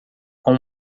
com